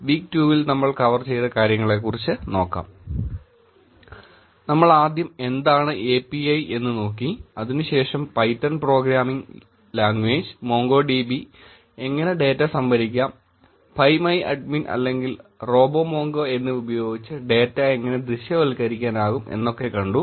week 2 വിൽ നമ്മൾ cover ചെയ്ത കാര്യങ്ങളെക്കുറിച്ച് നോക്കാം നമ്മൾ ആദ്യം എന്താണ് API എന്ന് നോക്കി അതിനുശേഷം പൈത്തൺ പ്രോഗ്രാമിങ് ലാംഗ്വേജ് MongoDBഎങ്ങനെ ഡേറ്റ സംഭരിക്കാം PhpMyAdmin അല്ലെങ്കിൽ RoboMongo എന്നിവ ഉപയോഗിച്ച് ഡേറ്റ എങ്ങിനെ ദൃശ്യവൽക്കരിക്കാനാകും എന്നൊക്കെ കണ്ടു